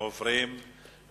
אנחנו עוברים לשאילתות.